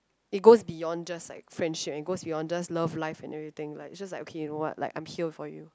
it goes beyond just like friendship and it goes beyond just love life and everything it's just like okay you know what like I'm here for you